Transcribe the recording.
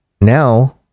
now